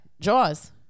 jaws